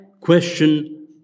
question